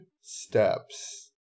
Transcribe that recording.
steps